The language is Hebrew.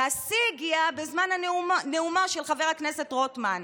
והשיא הגיע בזמן נאומו של חבר הכנסת רוטמן,